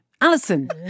Alison